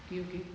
okay okay